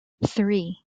three